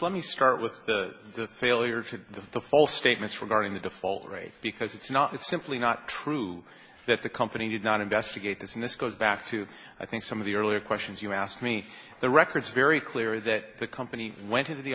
let me start with the failure to the false statements regarding the default rate because it's not it's simply not true that the company did not investigate this and this goes back to i think some of the earlier questions you asked me the records very clear that the company went to the